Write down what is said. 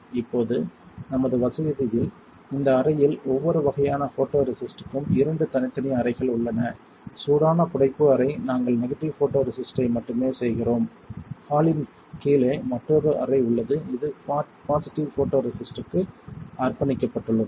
இப்போது நமது வசதியில் இந்த அறையில் ஒவ்வொரு வகையான ஃபோட்டோரெசிஸ்டுக்கும் இரண்டு தனித்தனி அறைகள் உள்ளன சூடான புடைப்பு அறை நாங்கள் நெகட்டிவ் ஃபோட்டோரெசிஸ்ட் ஐ மட்டுமே செய்கிறோம் ஹாலின் கீழே மற்றொரு அறை உள்ளது இது பாசிட்டிவ் ஃபோட்டோரெசிஸ்ட்க்கு அர்ப்பணிக்கப்பட்டுள்ளது